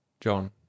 John